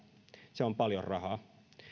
se on paljon rahaa